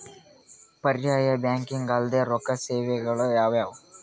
ಪರ್ಯಾಯ ಬ್ಯಾಂಕಿಂಗ್ ಅಲ್ದೇ ರೊಕ್ಕ ಸೇವೆಗಳು ಯಾವ್ಯಾವು?